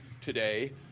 today